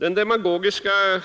Den demagogiska